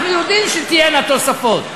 אנחנו יודעים שתהיינה תוספות.